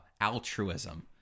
altruism